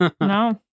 No